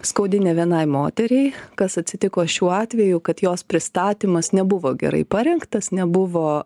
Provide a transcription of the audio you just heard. skaudi ne vienai moteriai kas atsitiko šiuo atveju kad jos pristatymas nebuvo gerai parengtas nebuvo